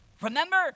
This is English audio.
Remember